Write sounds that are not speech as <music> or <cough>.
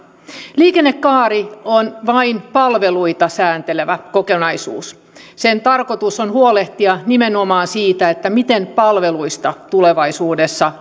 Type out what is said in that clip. liikennekaari on vain palveluita sääntelevä kokonaisuus sen tarkoitus on huolehtia nimenomaan siitä miten palveluista tulevaisuudessa <unintelligible>